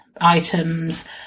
items